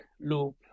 loop